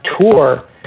tour